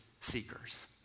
seekers